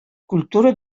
культура